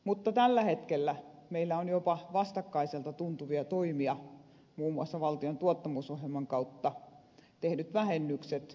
mutta tällä hetkellä meillä on jopa vastakkaisilta tuntuvia toimia muun muassa valtion tuottavuusohjelman kautta tehdyt vähennykset valvonnasta